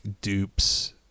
dupes